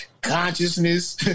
Consciousness